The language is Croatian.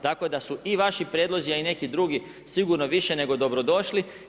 Tako da su i vaši prijedlozi a i neki drugu sigurno više nego dobrodošli.